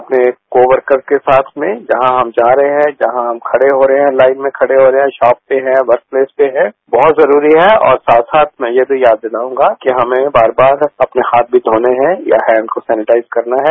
अपने को वर्कर के साथ में जहां हम जा रहे हैं जहां हम खड़े हो रहे हैं लाइन में खड़े हो रहे हैं शॉप पर हैं वर्क पैलेस पे है बहुत जरूरी है और साथ साथ मै यह भी याद दिलाउगा कि हमें बार बार अपने हाथ भी धोने हैं और हैंड को भी सेनेटाइज करने हैं